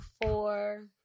four